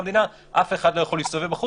המדינה: אף אחד לא יכול להסתובב בחוץ,